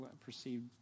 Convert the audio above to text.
perceived